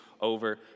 over